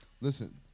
listen